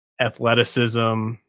athleticism